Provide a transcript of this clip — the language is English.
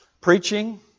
preaching